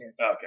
Okay